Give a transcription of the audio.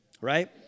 Right